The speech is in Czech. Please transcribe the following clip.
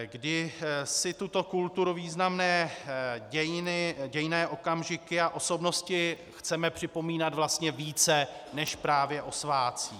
Kdy si tuto kulturu, významné dějinné okamžiky a osobnosti chceme připomínat vlastně více než právě o svátcích?